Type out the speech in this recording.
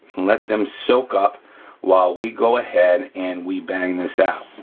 let them soak up while we go ahead and we bang this out.